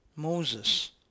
Moses